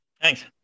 Thanks